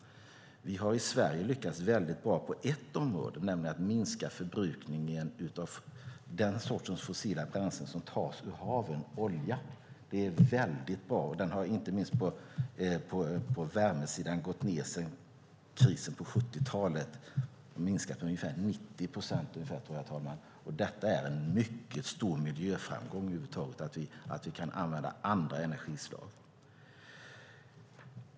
Vi har lyckats bra på ett område i Sverige, nämligen att minska förbrukningen av den sortens fossila bränslen som tas ur haven - olja. Det är bra. Förbrukningen på inte minst värmesidan har minskat sedan krisen på 70-talet. Minskningen har varit ungefär 90 procent, herr talman. Det är en mycket stor miljöframgång att vi kan använda andra energislag.